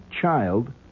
child